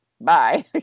bye